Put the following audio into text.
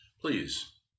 please